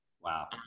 Wow